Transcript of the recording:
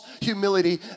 humility